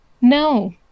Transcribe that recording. No